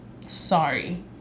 Sorry